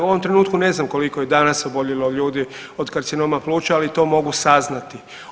U ovom trenutku ne znam koliko je danas oboljelo ljudi od karcinoma pluća, ali to mogu saznati.